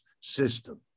system